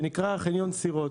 שנקרא חניון סירות.